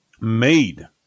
made